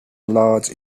large